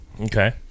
Okay